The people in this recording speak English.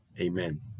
Amen